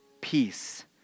peace